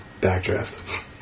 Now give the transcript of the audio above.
Backdraft